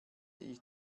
ich